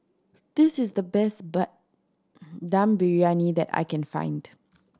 this is the best Dum Briyani that I can find